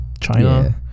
China